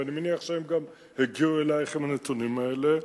ואני מניח שהם גם הגיעו אלייך עם הנתונים האלה,